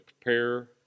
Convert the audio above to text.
prepare